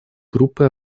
группы